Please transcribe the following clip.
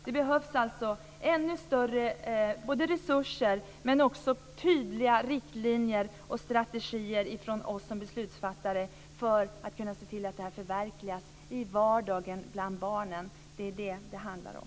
Det behövs alltså både resurser och tydliga riktlinjer och strategier från oss som beslutsfattare för att man ska kunna se till att det här förverkligas i vardagen bland barnen. Det är det som det handlar om.